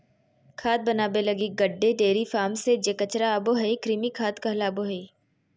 खाद बनाबे लगी गड्डे, डेयरी फार्म से जे कचरा आबो हइ, कृमि खाद कहलाबो हइ